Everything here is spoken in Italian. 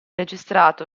registrato